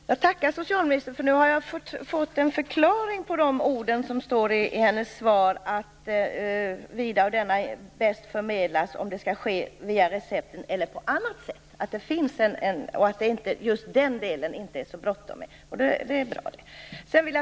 Herr talman! Jag tackar socialministern, för nu har jag fått en förklaring på det som står i hennes svar om hur det här bäst förmedlas, om det skall ske via recepten eller på annat sätt. Den delen är det alltså inte så bråttom med, och det är bra.